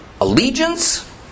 allegiance